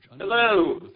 Hello